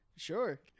sure